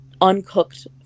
uncooked